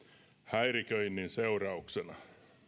häiriköinnin seurauksena